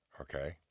Okay